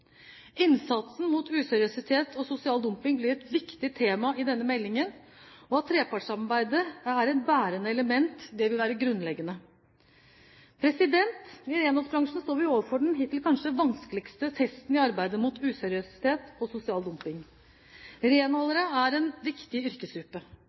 Innsatsen mot useriøsitet og sosial dumping blir et viktig tema i denne meldingen, og at trepartssamarbeidet er et bærende element, vil være grunnleggende. I renholdsbransjen står vi overfor den hittil kanskje vanskeligste testen i arbeidet mot useriøsitet og sosial dumping.